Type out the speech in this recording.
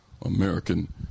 American